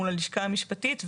מול הלשכה המשפטית.